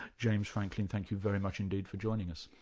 james franklin, thank you very much indeed for joining us.